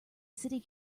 city